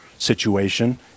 situation